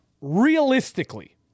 Realistically